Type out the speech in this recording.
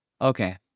Okay